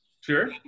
Sure